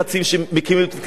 שמקימים את מתקני השהייה.